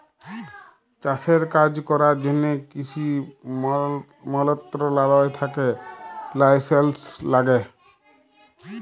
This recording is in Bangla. চাষের কাজ ক্যরার জ্যনহে কিসি মলত্রলালয় থ্যাকে লাইসেলস ল্যাগে